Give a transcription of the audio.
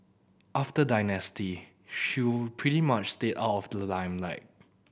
after Dynasty she pretty much stayed out of the limelight